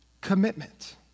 commitment